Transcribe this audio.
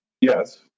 yes